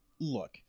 Look